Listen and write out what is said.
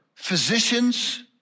Physicians